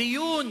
דיון